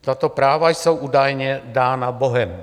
Tato práva jsou údajně dána Bohem.